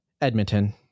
edmonton